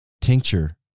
tincture